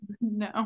No